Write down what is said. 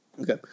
Okay